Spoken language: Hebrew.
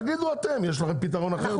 תגידו אתם אם יש לכם פתרון אחר.